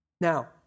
Now